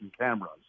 cameras